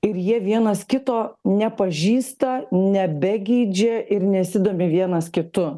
ir jie vienas kito nepažįsta nebegeidžia ir nesidomi vienas kitu